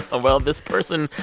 ah well, this person,